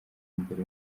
mbere